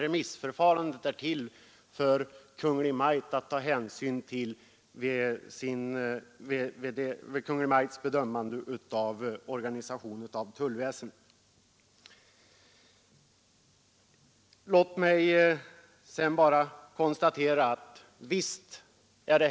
Remissförfarandet är till för att ge Kungl. Maj:t underlag vid bedömandet av tullväsendets organisation.